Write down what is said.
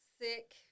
sick